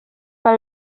per